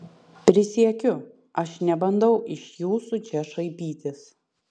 prisiekiu aš nebandau iš jūsų čia šaipytis